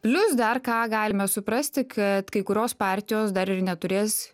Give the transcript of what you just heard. plius dar ką galime suprasti kad kai kurios partijos dar ir neturės